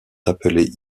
appelés